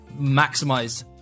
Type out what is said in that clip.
maximized